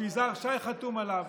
שיזהר שי חתום עליו,